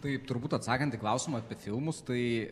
taip turbūt atsakant į klausimą apie filmus tai